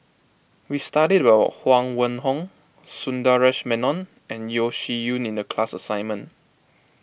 we studied about Huang Wenhong Sundaresh Menon and Yeo Shih Yun in the class assignment